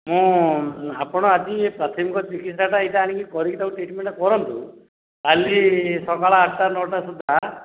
ମୁଁ ଆପଣ ଆଜି ଏ ପ୍ରାଥମିକ ଚିକିତ୍ସାଟା ଏଇଟା ଆଣିକି କରିକି ତାକୁ ଟ୍ରିଟମେଣ୍ଟ୍ କରନ୍ତୁ କାଲି ସକାଳ ଆଠ'ଟା ନଅ'ଟା ସୁଦ୍ଧା